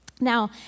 Now